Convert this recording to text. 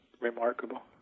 Remarkable